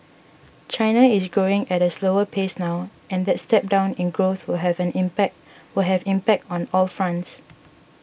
China is growing at a slower pace now and that step down in growth will have impact will have impact on all fronts